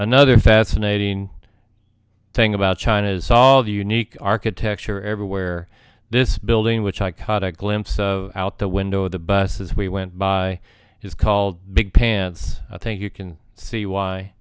another fascinating thing about china is all the unique architecture everywhere this building which i caught a glimpse out the window the buses we went by is called big pants i think you can see why